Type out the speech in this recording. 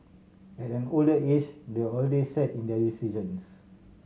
at an older age they're already set in their decisions